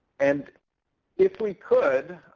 and if we could,